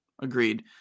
Agreed